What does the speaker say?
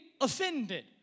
offended